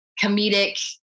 comedic